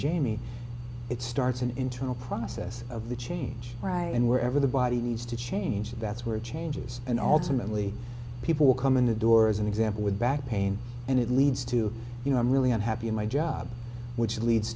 jamie it starts an internal process of the change and wherever the body needs to change that's where it changes and ultimately people come in the door as an example with back pain and it leads to you know i'm really unhappy in my job which leads